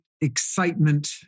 excitement